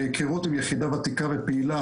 כהיכרות עם יחידה ותיקה ופעילה,